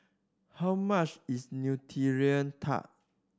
how much is Nutella Tart